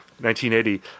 1980